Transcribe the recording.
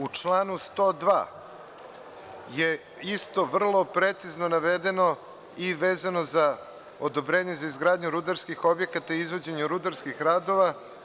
U članu 102. je isto vrlo precizno navedeno i vezano za odobrenje za izgradnju rudarskih objekata i izvođenje rudarskih radova.